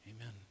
amen